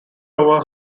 over